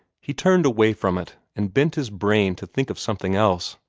he turned away from it, and bent his brain to think of something else.